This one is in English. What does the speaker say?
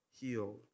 healed